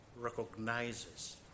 recognizes